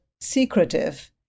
secretive